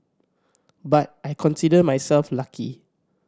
but I consider myself lucky